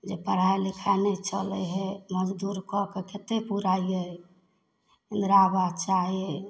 ने पढ़ाइ लिखाइ नहि चलै हइ मजदूर कऽ कऽ केतेक पुरैयै इन्दिरा आवास चाही